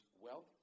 wealth